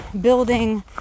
building